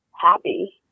happy